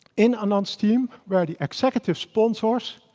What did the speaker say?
in anand's team were the executive sponsors,